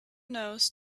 nose